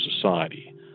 society